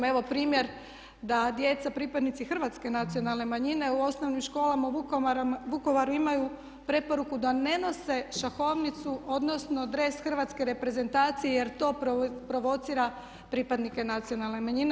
Evo primjer da djeca pripadnici hrvatske nacionalne manjine u osnovnim školama u Vukovaru imaju preporuku da ne nose šahovnicu odnosno dres hrvatske reprezentacije jer to provocira pripadnike nacionalne manjine.